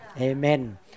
Amen